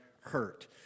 hurt